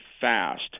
fast